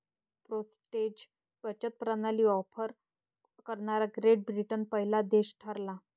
postage बचत प्रणाली offer करणारा ग्रेट ब्रिटन पहिला देश ठरला